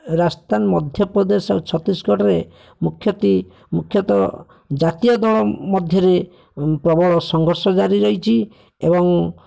ରାଜସ୍ଥାନ ମଧ୍ୟପ୍ରଦେଶ ଆଉ ଛତିଶଗଡ଼ରେ ମୁଖ୍ୟତଃ ଜାତୀୟଦଳ ମଧ୍ୟରେ ପ୍ରବଳ ସଂଘର୍ଷ ଜାରି ରହିଛି ଏବଂ